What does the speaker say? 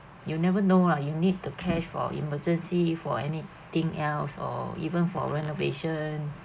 you never know lah you need the cash for emergency for any thing else or even for renovation